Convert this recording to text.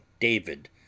David